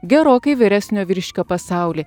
gerokai vyresnio vyriškio pasaulį